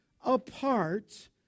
apart